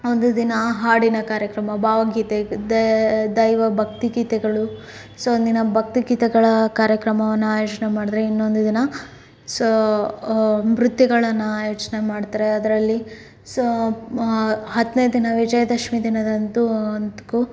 ಒಂದು ದಿನ ಹಾಡಿನ ಕಾರ್ಯಕ್ರಮ ಭಾವಗೀತೆ ದ ದೈವಭಕ್ತಿ ಗೀತೆಗಳು ಸೋ ಒಂದು ದಿನ ಭಕ್ತಿಗೀತೆಗಳ ಕಾರ್ಯಕ್ರಮವನ್ನು ಆಯೋಜನೆ ಮಾಡಿದರೆ ಇನ್ನೊಂದು ದಿನ ಸೋ ನೃತ್ಯಗಳನ್ನು ಆಯೋಜನೆ ಮಾಡ್ತಾರೆ ಅದರಲ್ಲಿ ಸೋ ಹತ್ತನೇ ದಿನ ವಿಜಯದಶಮಿ ದಿನದಂತೂ ಅಂತೂ